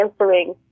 answering